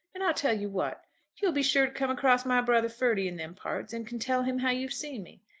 and i'll tell you what you'll be sure to come across my brother ferdy in them parts, and can tell him how you've seen me.